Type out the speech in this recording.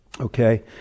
okay